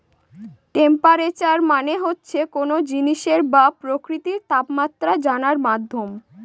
temperature মানে হচ্ছে কোনো জিনিসের বা প্রকৃতির তাপমাত্রা জানার মাধ্যম